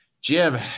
Jim